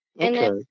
Okay